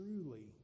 truly